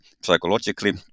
psychologically